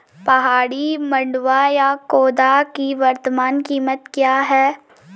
पहाड़ी मंडुवा या खोदा की वर्तमान कीमत क्या है?